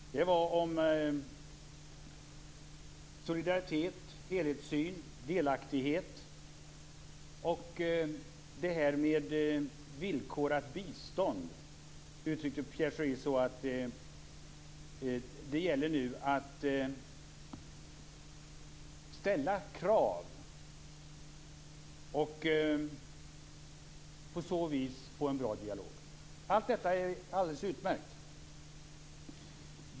Han talade om solidaritet, helhetssyn, delaktighet och villkorat bistånd. Han sade: Det gäller nu att ställa krav och på så vis få en bra dialog. Allt detta är alldeles utmärkt.